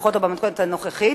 לפחות לא במתכונת הנוכחית.